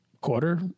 quarter